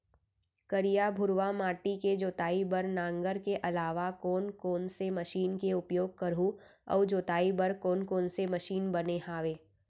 करिया, भुरवा माटी के जोताई बर नांगर के अलावा कोन कोन से मशीन के उपयोग करहुं अऊ जोताई बर कोन कोन से मशीन बने हावे?